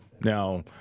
Now